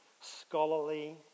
scholarly